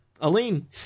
Aline